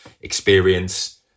experience